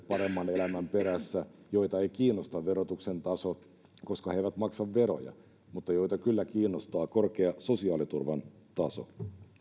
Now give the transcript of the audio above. paremman elämän perässä sellaisia ihmisiä joita ei kiinnosta verotuksen taso koska he eivät maksa veroja mutta joita kyllä kiinnostaa korkea sosiaaliturvan taso